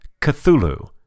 Cthulhu